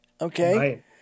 Okay